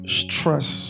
stress